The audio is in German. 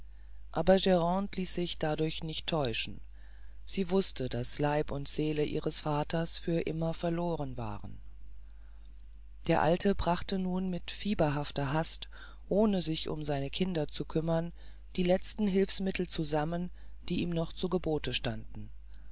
aber grande ließ sich dadurch nicht täuschen sie wußte daß leib und seele ihres vaters für immer verloren waren der alte brachte nun mit fieberhafter hast ohne sich um seine kinder zu kümmern die letzten hilfsmittel zusammen die ihm noch zu gebote standen